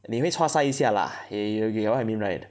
你会 chua sai 一下 lah eh you get what I mean right